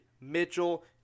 Mitchell